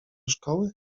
szkoły